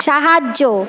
সাহায্য